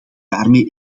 daarmee